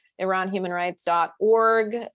iranhumanrights.org